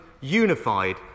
unified